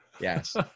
Yes